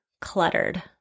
cluttered